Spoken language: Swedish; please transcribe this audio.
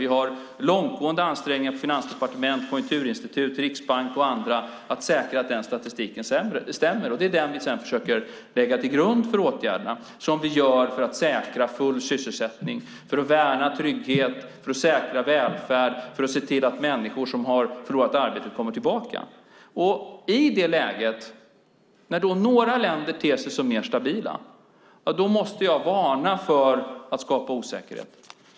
Vi har långtgående ansträngningar på Finansdepartementet, Konjunkturinstitutet, Riksbanken och andra för att säkra att statistiken stämmer, och det är den vi sedan försöker lägga till grund för åtgärderna som vi vidtar för att säkra full sysselsättning, för att värna trygghet, för att säkra välfärd och för att se till att människor som har förlorat arbetet kommer tillbaka. I det läget, när några länder ter sig som mer stabila, måste jag varna för att skapa osäkerhet.